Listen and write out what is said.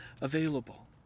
available